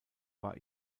war